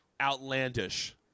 outlandish